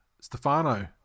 Stefano